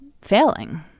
failing